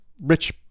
Rich